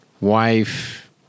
wife